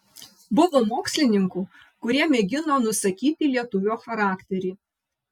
buvo mokslininkų kurie mėgino nusakyti lietuvio charakterį